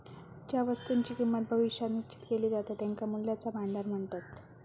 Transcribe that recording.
ज्या वस्तुंची किंमत भविष्यात निश्चित केली जाता त्यांका मूल्याचा भांडार म्हणतत